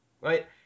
right